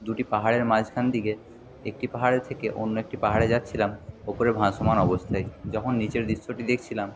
দুটি পাহাড়ের মাঝখান দিকে একটি পাহাড়ে থেকেও অন্য একটি পাহাড়ে যাচ্ছিলাম ওপরে ভাসমান অবস্থায় যখন নীচের দৃশ্যটি দেখছিলাম